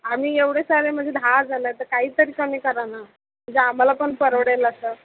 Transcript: आम्ही एवढे सारे म्हणजे दहाजणं आहे तर काहीतरी कमी करा ना जे आम्हाला पण परवडेल असं